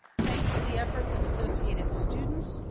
thanks to the efforts of associated students,